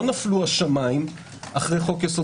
לא נפלו השמיים אחרי החוק הזה,